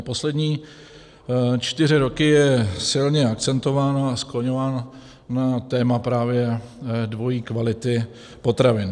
Poslední čtyři roky je silně akcentováno a skloňováno téma právě dvojí kvality potravin.